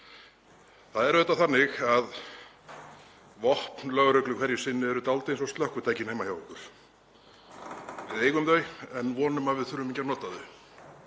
Það er auðvitað þannig að vopn lögreglu hverju sinni eru dálítið eins og slökkvitæki heima hjá okkur. Við eigum þau en vonum að við þurfum ekki að nota þau